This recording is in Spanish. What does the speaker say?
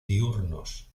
diurnos